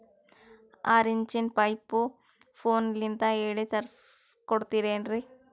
ಆರಿಂಚಿನ ಪೈಪು ಫೋನಲಿಂದ ಹೇಳಿ ತರ್ಸ ಕೊಡ್ತಿರೇನ್ರಿ?